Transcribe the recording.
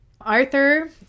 Arthur